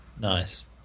nice